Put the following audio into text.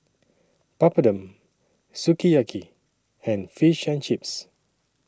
Papadum Sukiyaki and Fish and Chips